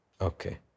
Okay